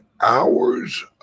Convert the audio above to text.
hours